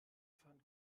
fahren